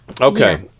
Okay